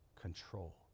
control